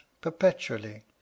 perpetually